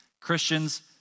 Christians